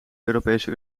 europese